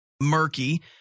murky